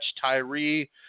Tyree